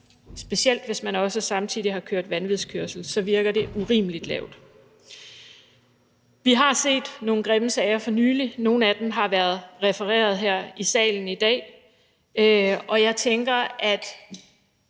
specielt hvis man samtidig har kørt vanvidskørsel – så virker det urimelig lavt. Vi har set nogle grimme sager for nylig; nogle af dem har været refereret her i salen i dag. Og jeg tænker, at